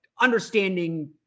understanding